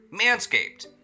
manscaped